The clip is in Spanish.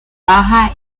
baja